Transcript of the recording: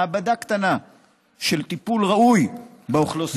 מעבדה קטנה של טיפול ראוי באוכלוסיות האלה.